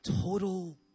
total